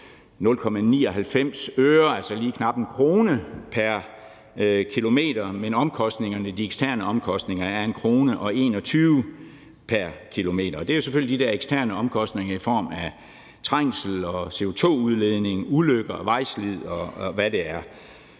99 øre, altså lige knap 1 kr., pr. kilometer, men de eksterne omkostninger er 1,21 kr. pr. kilometer. Det er selvfølgelig de der eksterne omkostninger i form af trængsel og CO2-udledning, ulykker, vejslid, og hvad det er.